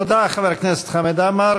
תודה, חבר הכנסת חמד עמאר.